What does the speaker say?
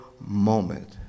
moment